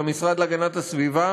של המשרד להגנת הסביבה